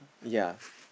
ya